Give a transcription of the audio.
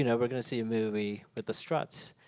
you know we're going to see a movie with the struts.